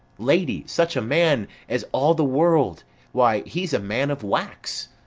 lady, such a man as all the world why he's a man of wax.